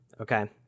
okay